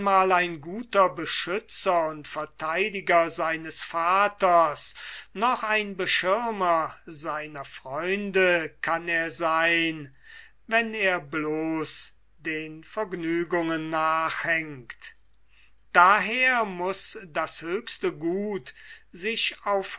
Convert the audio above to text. ein guter beschützer und vertheidiger seines vaters noch ein beschirmer seiner freunde kann er sein wenn er den vergnügungen nachhängt daher muß das höchste gut sich